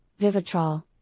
Vivitrol